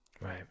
Right